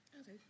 Okay